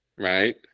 Right